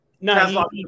No